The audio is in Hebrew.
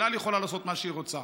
אל על יכולה לעשות מה שהיא רוצה.